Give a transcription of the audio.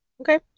okay